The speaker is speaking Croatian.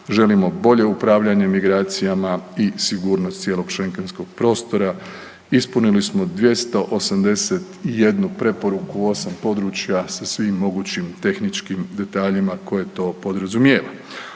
Želimo bolje upravljanje migracijama i sigurnost cijelog schengenskog prostora. Ispunili smo 281 preporuku u osam područja sa svim mogućim tehničkim detaljima koje to podrazumijeva.